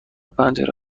پنجره